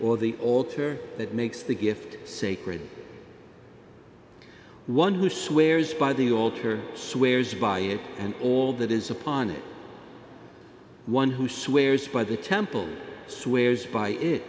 or the altar that makes the gift sacred one who swears by the altar swears by it and all that is upon it one who swears by the temple swears by it